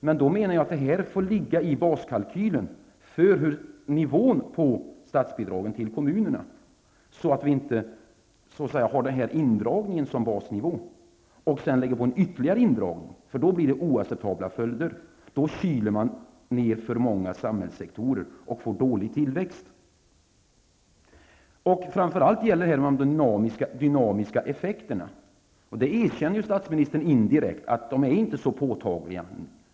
Men det menar jag får ligga i baskalkylen för nivån på statsbidragen till kommunerna, så att vi inte har indragningen som basnivå och sedan lägger på ytterligare en indragning. Då blir det oacceptabla följder. Då kyler man ned för många samhällssektorer och får dålig tillväxt. Framför allt gäller här de dynamiska effekterna. Finansministern erkänner indirekt att de inte är så påtagliga.